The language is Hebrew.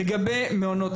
לגבי מעונות